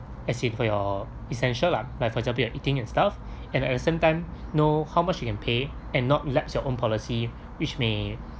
as in for your essential lah like for example your eating and stuff and at the same time know how much you can pay and not lapse your own policy which may